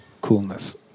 coolness